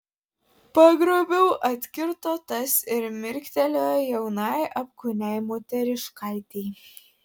pagrobiau atkirto tas ir mirktelėjo jaunai apkūniai moteriškaitei